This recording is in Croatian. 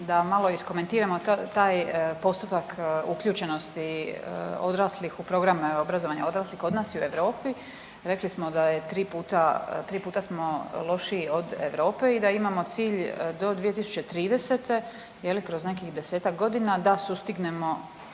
da malo iskomentiramo to, taj postotak uključenosti odraslih u program obrazovanja odraslih kod nas i u Europi, rekli smo da je 3 puta, 3 puta smo lošiji od Europe i da imamo cilj do 2030. je li kroz nekih 10-tak godina da sustignemo